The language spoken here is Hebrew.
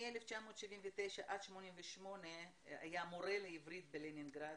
מ-1979 עד 1988 הוא היה מורה לעברית בלנינגרד,